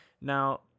now